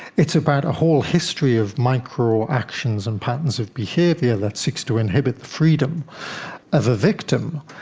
it's about a whole history of micro-actions in patterns of behaviour that seeks to inhibit the freedom of a victim,